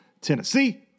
Tennessee